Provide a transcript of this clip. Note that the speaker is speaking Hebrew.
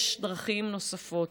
יש דרכים נוספות.